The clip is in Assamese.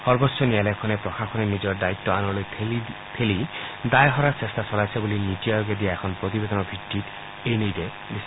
সৰ্বোচ্চ ন্যয়ালয়খনে প্ৰশাসনে নিজৰ দায়িত্ব আনলৈ ঠেলি দায় সৰাৰ চেষ্টা চলাইছে বুলি নিটি আয়োগে দিয়া এখন প্ৰতিবেদনৰ ভিত্তিত এই নিৰ্দেশ দিছে